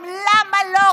למה,